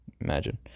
Imagine